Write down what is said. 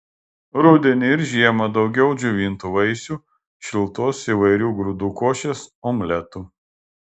rudenį ir žiemą daugiau džiovintų vaisių šiltos įvairių grūdų košės omletų